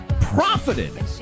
profited